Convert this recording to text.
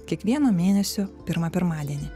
kiekvieno mėnesio pirmą pirmadienį